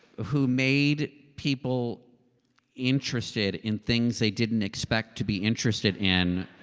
ah who made people interested in things they didn't expect to be interested in.